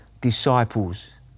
disciples